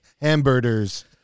Hamburgers